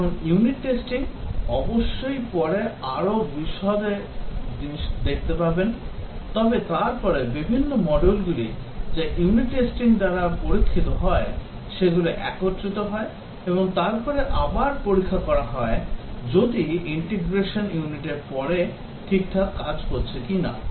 এখন unit testing অবশ্যই পরে আরও বিশদটি দেখতে পাবেন তবে তারপরে বিভিন্ন মডিউলগুলি যা ইউনিট টেস্টিং দ্বারা পরীক্ষিত হয় সেগুলি একত্রিত হয় এবং তারপরে আবার পরীক্ষা করা হয় যদি ইন্টিগ্রেশন ইউনিটের পরে ঠিকঠাক কাজ করছে কিনা